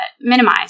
minimize